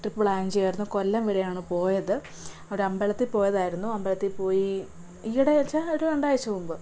trip plan ചെയ്യാരുന്നു കൊല്ലം വഴിയാണ് പോയത് ഒരു അമ്പലത്തിൽ പോയതായിരുന്നു അമ്പലത്തിൽ പോയി ഈയിടെ വെച്ചാൽ ഒരു രണ്ടാഴ്ച മുമ്പ്